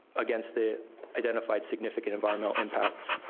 against the identified significant environmental impacts.